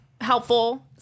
helpful